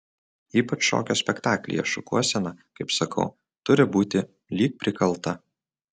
ypač šokio spektaklyje šukuosena kaip sakau turi būti lyg prikalta